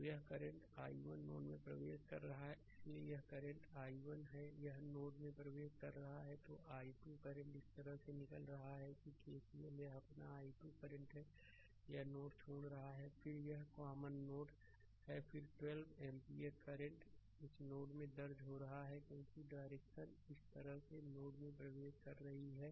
slide समय देखें 1842 तो यह i1 करंटनोड में प्रवेश कर रहा है इसलिए यहकरंट i1 है यह नोड में प्रवेश कर रहा है तो i2 करंट इस तरह से निकल रहा है कि केसीएल यहअपना i 2 करंट है यह नोड छोड़ रहा है फिर यह एक कॉमन नोड है फिर 12 एम्पीयर करंट इसे नोड में दर्ज कर रहा है क्योंकि डायरेक्शन इस तरह से नोड में प्रवेश कर रही है